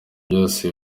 byose